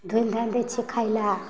धोइन धानि दै छिए खाइलए